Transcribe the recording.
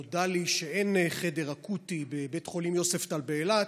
נודע לי שאין חדר אקוטי בבית החולים יוספטל באילת,